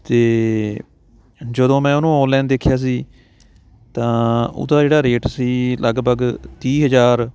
ਅਤੇ ਜਦੋਂ ਮੈਂ ਉਹਨੂੰ ਔਨਲਾਈਨ ਦੇਖਿਆ ਸੀ ਤਾਂ ਉਹਦਾ ਜਿਹੜਾ ਰੇਟ ਸੀ ਲਗਭਗ ਤੀਹ ਹਜ਼ਾਰ